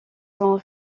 sont